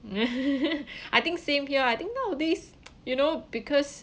I think same here I think nowadays you know because